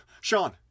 Sean